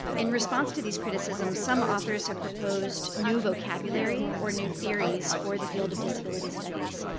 in response to these criticisms, some authors have proposed new vocabulary or new theories for the field of disability studies.